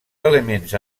elements